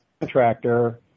contractor